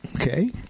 Okay